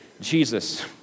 Jesus